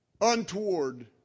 untoward